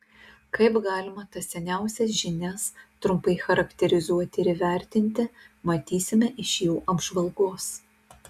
kaip galima tas seniausias žinias trumpai charakterizuoti ir įvertinti matysime iš jų apžvalgos